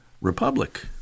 Republic